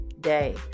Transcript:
day